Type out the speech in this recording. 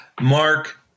Mark